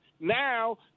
Now